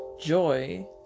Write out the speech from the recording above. Joy